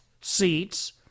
seats